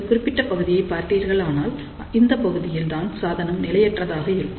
இந்த குறிப்பிட்ட பகுதியை பார்த்தீர்களானால் இந்தப் பகுதியில் தான் சாதனம் நிலையற்றதாக இருக்கும்